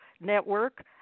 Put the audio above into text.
Network